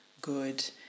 good